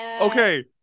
Okay